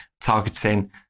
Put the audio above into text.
targeting